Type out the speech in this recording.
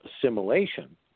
assimilation